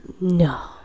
no